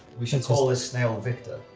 we should call the snail viktor!